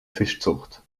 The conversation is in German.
fischzucht